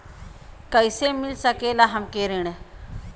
कइसे मिल सकेला हमके ऋण?